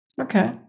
Okay